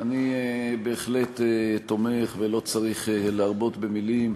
אני בהחלט תומך, ולא צריך להרבות במילים,